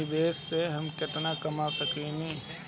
निवेश से हम केतना कमा सकेनी?